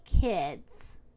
kids